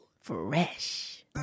Fresh